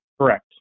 Correct